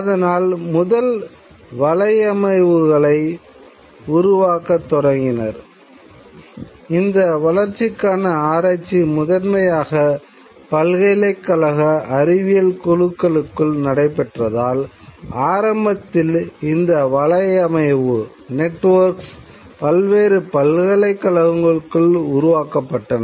அதனால் முதல் வலையமைவுகளை பல்வேறு பல்கலைக்கழகங்களுக்குள் உருவாக்கப்பட்டன